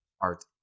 art